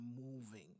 moving